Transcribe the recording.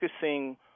focusing –